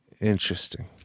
Interesting